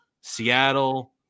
Seattle